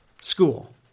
school